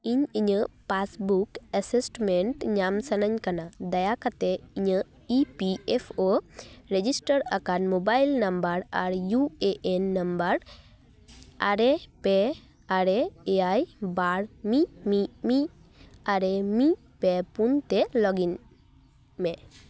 ᱤᱧ ᱤᱧᱟᱹᱜ passbook statement ᱧᱟᱢ ᱥᱟᱱᱟᱧ ᱠᱟᱱᱟ ᱫᱟᱭᱟ ᱠᱟᱛᱮ ᱤᱧᱟᱹᱜ E P F O register ᱟᱠᱟᱱ ᱢᱳᱵᱟᱭᱤᱞ ᱱᱟᱢᱵᱟᱨ ᱟᱨ ᱤᱭᱩ ᱮᱹ ᱮᱹᱱ ᱱᱟᱢᱵᱟᱨ ᱟᱨᱮ ᱯᱮ ᱟᱨᱮ ᱮᱭᱟᱭ ᱵᱟᱨ ᱢᱤᱫ ᱢᱤᱫ ᱢᱤᱫ ᱟᱨᱮ ᱢᱤᱫ ᱯᱮ ᱯᱩᱱ ᱛᱮ ᱞᱚᱜᱤᱱ ᱢᱮ